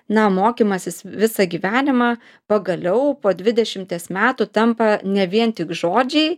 na mokymasis visą gyvenimą pagaliau po dvidešimties metų tampa ne vien tik žodžiai